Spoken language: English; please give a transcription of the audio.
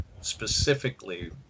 specifically